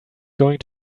going